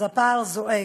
אז הפער זועק.